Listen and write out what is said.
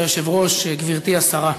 אדוני היושב-ראש, גברתי השרה,